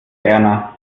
erna